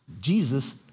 Jesus